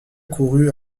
courut